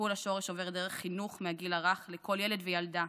וטיפול השורש עובר דרך חינוך מהגיל הרך לכל ילד וילדה,